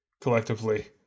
collectively